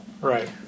Right